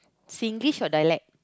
Singlish or dialect